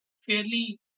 fairly